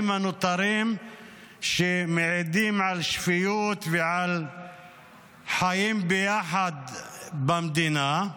הנותרים שמעידים על שפיות ועל חיים ביחד במדינה.